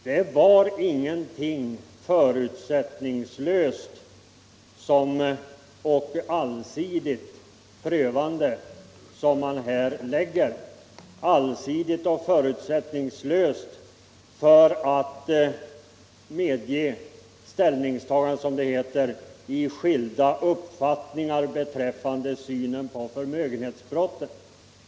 Det var inte, som man här anger, fråga om att ”förutsättningslöst och allsidigt pröva skilda uppfattningar beträffande synen på förmögenhetsbrotten”.